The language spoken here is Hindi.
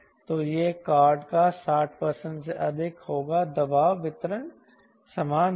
तो यह कॉर्ड का 60 से अधिक होगा दबाव वितरण समान होगा